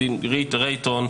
רייטון.